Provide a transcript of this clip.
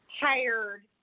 hired